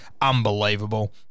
unbelievable